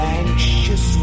anxious